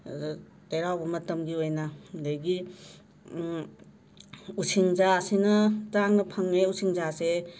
ꯆꯩꯔꯥꯎꯕ ꯃꯇꯝꯒꯤ ꯑꯣꯏꯅ ꯑꯗꯒꯤ ꯎꯁꯤꯡꯖꯥꯁꯤꯅ ꯇꯥꯡꯅ ꯐꯪꯉꯦ ꯎꯁꯤꯡꯖꯥꯁꯦ